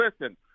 Listen